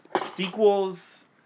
Sequels